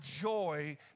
joy